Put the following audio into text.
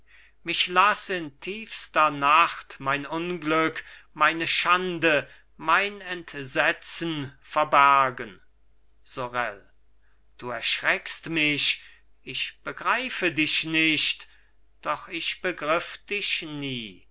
mich laß in tiefster nacht mein unglück meine schande mein entsetzen verbergen sorel du erschreckst mich ich begreife dich nicht doch ich begriff dich nie